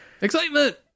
excitement